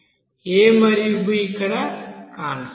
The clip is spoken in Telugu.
a మరియు b ఇక్కడ కాన్స్టాంట్స్